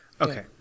okay